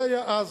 זה היה אז.